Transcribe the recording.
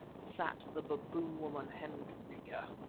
sat the baboon-woman, hendrika.